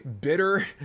bitter